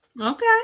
Okay